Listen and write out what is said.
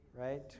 Right